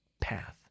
path